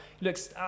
looks